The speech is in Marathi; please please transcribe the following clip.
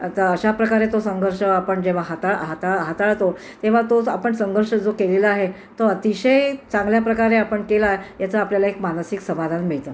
आता अशा प्रकारे तो संघर्ष आपण जेव्हा हाताळ हाताळ हाताळतो तेव्हा तोच आपण संघर्ष जो केलेला आहे तो अतिशय चांगल्या प्रकारे आपण केला याचं आपल्याला एक मानसिक समाधान मिळतं